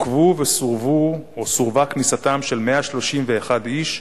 עוכבו וסורבה כניסתם של 131 איש,